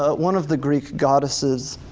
ah one of the greek goddesses,